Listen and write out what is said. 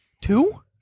Two